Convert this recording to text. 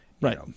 right